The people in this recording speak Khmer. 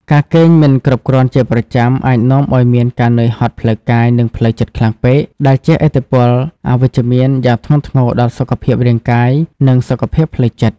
ការគេងមិនគ្រប់គ្រាន់ជាប្រចាំ អាចនាំឱ្យមានការនឿយហត់ផ្លូវកាយ និងផ្លូវចិត្តខ្លាំងពេក ដែលជះឥទ្ធិពលអវិជ្ជមានយ៉ាងធ្ងន់ធ្ងរដល់សុខភាពរាងកាយ និងសុខភាពផ្លូវចិត្ត។